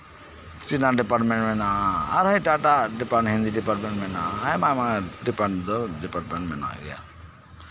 ᱪᱤᱱᱟ department ᱦᱮᱱᱟᱜᱼᱟ ᱟᱨᱦᱚᱸ ᱮᱴᱟᱜ ᱮᱴᱟᱜ ᱰᱤᱯᱟᱨᱴᱢᱮᱱᱴ ᱦᱤᱱᱫᱤ ᱰᱤᱯᱟᱨᱴᱢᱮᱱᱴ ᱦᱮᱱᱟᱜᱼᱟ ᱟᱨᱦᱚᱸ ᱟᱭᱢᱟᱼᱟᱭᱢᱟ ᱰᱤᱯᱟᱨᱴᱢᱮᱱᱴ ᱦᱮᱱᱟᱜ ᱜᱮᱭᱟ